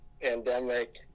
pandemic